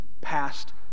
Past